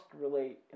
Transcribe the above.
relate